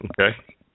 Okay